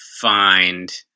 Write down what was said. find